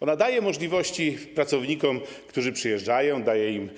Ona daje możliwości pracownikom, którzy przyjeżdżają, daje im